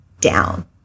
down